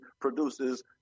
produces